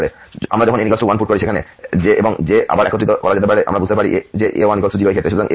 আমরা যখন n1 put করি সেখানে এবং যে আবার একত্রিত করা যেতে আমরা বুঝতে পারি যে a1 0 এই ক্ষেত্রে